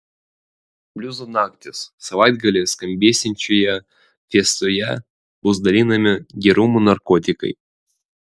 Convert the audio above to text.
bliuzo naktys savaitgalį skambėsiančioje fiestoje bus dalinami gerumo narkotikai